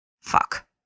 Fuck